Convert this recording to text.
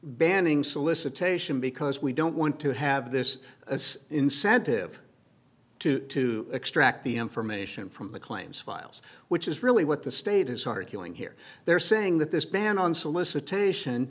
banning solicitation because we don't want to have this as incentive to extract the information from the claims files which is really what the state is arguing here they're saying that this ban on solicitation